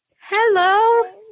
Hello